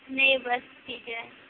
نہیں بس ٹھیک ہے